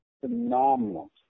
phenomenal